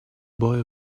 boy